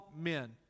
men